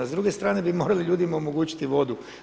S druge strane bi morali ljudima omogućiti vodu.